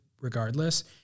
regardless